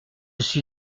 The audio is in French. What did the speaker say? suis